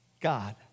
God